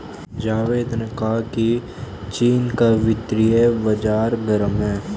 जावेद ने कहा कि चीन का वित्तीय बाजार गर्म है